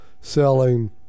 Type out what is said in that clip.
selling